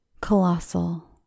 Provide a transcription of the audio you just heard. Colossal